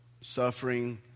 suffering